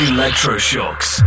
Electroshocks